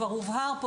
כבר הובהר פה,